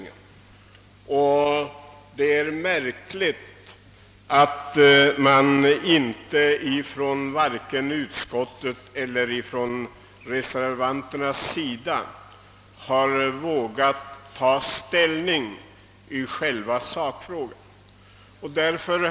Därför är det märkligt att varken utskottet eller reservanterna har vågat ta ställning i själva sakfrågan.